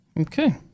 Okay